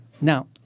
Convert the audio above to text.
now